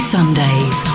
Sundays